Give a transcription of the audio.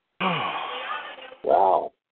wow